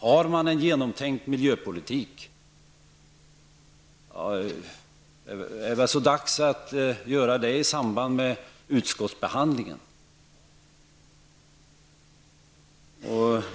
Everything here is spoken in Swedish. Det är väl så dags att försöka skapa en genomtänkt miljöpolitik i samband med utskottsbehandlingen.